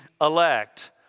elect